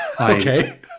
Okay